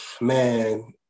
Man